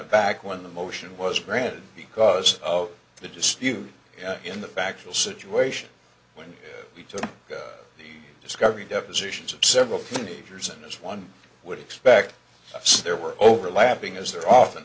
aback when the motion was granted because of the dispute in the factual situation when we took the discovery depositions of several natures and as one would expect there were overlapping as there often